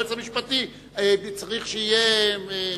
היועץ המשפטי: צריך שיהיה,